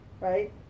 right